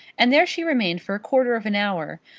and there she remained for a quarter of an hour,